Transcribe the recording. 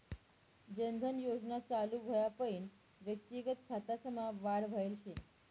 जन धन योजना चालू व्हवापईन व्यक्तिगत खातासमा वाढ व्हयल शे